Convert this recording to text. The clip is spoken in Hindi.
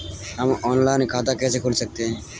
हम ऑनलाइन खाता कैसे खोल सकते हैं?